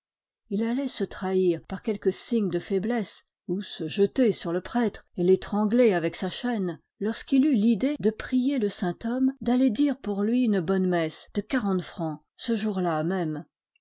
il allait se trahir par quelque signe de faiblesse ou se jeter sur le prêtre et l'étrangler avec sa chaîne lorsqu'il eut l'idée de prier le saint homme d'aller dire pour lui une bonne messe de quarante francs ce jour-là même